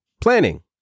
planning